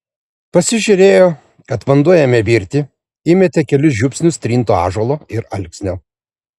pasižiūrėjo kad vanduo ėmė virti įmetė kelis žiupsnius trinto ąžuolo ir alksnio